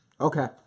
Okay